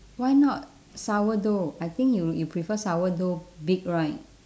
why not sourdough I think you you prefer sourdough big right